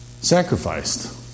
Sacrificed